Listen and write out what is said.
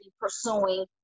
pursuing